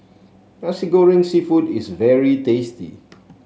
Nasi Goreng seafood is very tasty